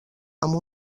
amb